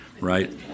right